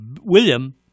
William